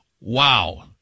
Wow